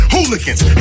Hooligans